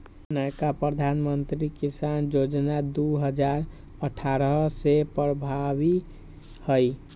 नयका प्रधानमंत्री किसान जोजना दू हजार अट्ठारह से प्रभाबी हइ